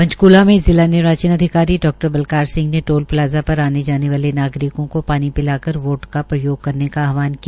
पंचकृला में जिला निर्वाचन अधिकारी डा बलकार सिंह ने टोल प्लाजा पर आने जाने वाले नागरिकों को पानी पिलाकर वोट का प्रयोग करने का आहवान किया